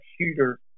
Shooter